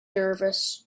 nervous